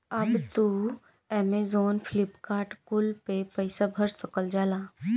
अब तू Amazon, Flipkart कुल पे पईसा भर सकल जाला